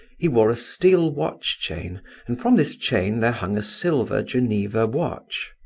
he wore a steel watch chain and from this chain there hung a silver geneva watch.